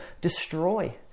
destroy